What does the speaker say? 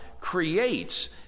creates